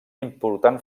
important